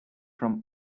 from